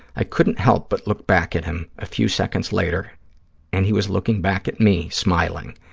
i couldn't help but look back at him a few seconds later and he was looking back at me, smiling.